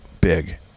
big